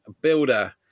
builder